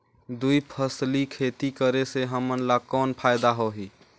दुई फसली खेती करे से हमन ला कौन फायदा होही?